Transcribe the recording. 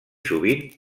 sovint